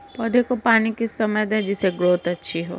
पौधे को पानी किस समय दें जिससे ग्रोथ अच्छी हो?